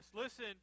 Listen